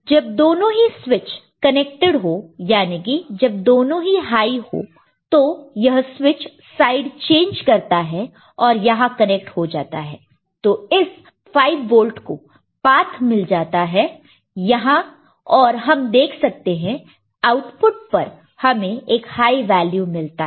जब दोनों ही स्विच कनेक्टेड हो यानी कि जब दोनों हाई हो तो यह स्विच साइड चेंज करता है और यहां कनेक्ट हो जाता है तो इस 5 वोल्ट को पात मिल जाता है यहां और हम देख सकते हैं कि आउटपुट पर हमें एक हाई वैल्यू मिलता है